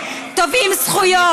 תובעים זכויות.